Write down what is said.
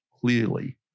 clearly